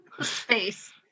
space